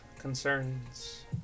Concerns